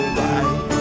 right